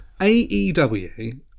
AEW